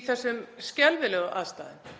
í þessum skelfilegu aðstæðum.